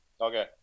Okay